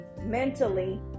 mentally